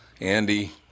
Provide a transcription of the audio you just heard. Andy